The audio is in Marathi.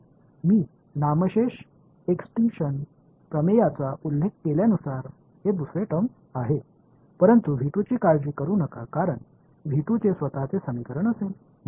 मी नामशेष एक्सटिन्क्शन प्रमेयचा उल्लेख केल्यानुसार हे दुसरे टर्म आहे परंतु ची काळजी करू नका कारण चे स्वतःचे समीकरण असेल बरोबर